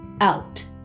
out